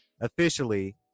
officially